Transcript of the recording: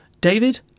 david